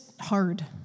hard